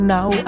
Now